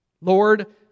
Lord